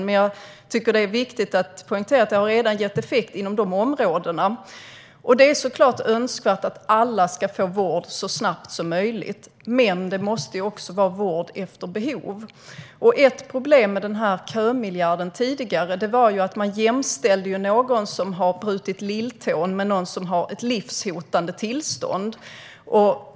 Men jag tycker att det är viktigt att poängtera att det här redan har gett effekt inom dessa områden. Det är såklart önskvärt att alla ska få vård så snabbt som möjligt, men det måste också vara vård efter behov. Ett problem med kömiljarden var att man jämställde någon som hade brutit lilltån med någon vars tillstånd var livshotande.